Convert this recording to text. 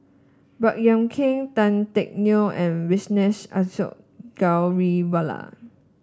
Baey Yam Keng Tan Teck Neo and Vijesh Ashok Ghariwala